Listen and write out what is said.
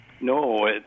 No